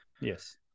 Yes